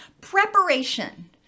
preparation